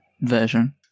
version